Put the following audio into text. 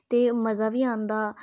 ते मजा बी औंदा